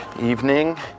evening